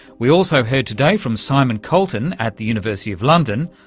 we also heard today from simon colton at the university of london,